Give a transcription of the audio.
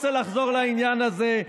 ושומע --- איני רוצה לחזור לעניין הזה,